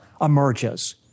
emerges